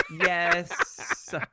yes